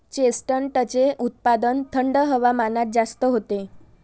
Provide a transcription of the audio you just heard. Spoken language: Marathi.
चेस्टनटचे उत्पादन थंड हवामानात जास्त होते